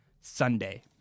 Sunday